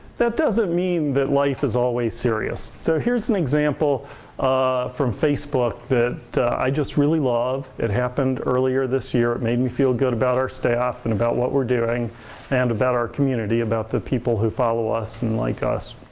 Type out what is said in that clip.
that doesn't mean that life is always serious. so here's an example from facebook that i just really love. it happened earlier this year. it made me feel good about our staff and about what we're doing and about our community, about the people who follow us and like us.